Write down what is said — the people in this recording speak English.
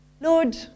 Lord